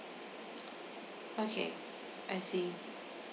okay I see